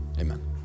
Amen